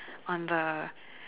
on the